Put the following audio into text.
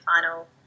final